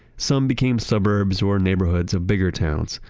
some became suburbs or neighborhoods of bigger towns.